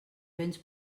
béns